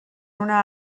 una